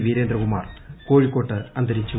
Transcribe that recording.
വീരേന്ദ്രകുമാർ കോഴിക്കോട്ട് അന്തരിച്ചു